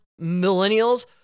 millennials